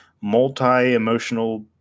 multi-emotional